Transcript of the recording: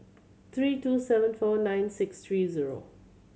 three two seven four nine six three zero